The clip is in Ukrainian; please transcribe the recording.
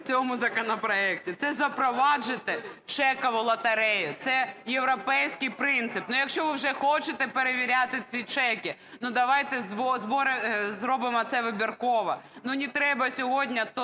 в цьому законопроекті. Це запровадити чекову лотерею, це європейський принцип. Ну, якщо ви вже хочете перевіряти ці чеки – ну, давайте зробимо це вибірково. Ну не треба сьогодні